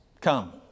Come